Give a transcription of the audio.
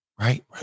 Right